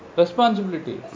responsibility